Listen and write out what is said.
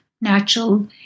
natural